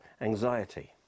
anxiety